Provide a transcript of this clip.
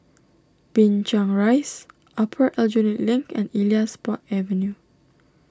Binchang Rise Upper Aljunied Link and Elias Park Avenue